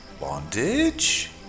Bondage